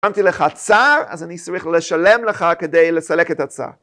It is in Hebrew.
קמתי לך הצער אז אני צריך לשלם לך כדי לסלק את הצער